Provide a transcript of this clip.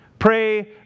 Pray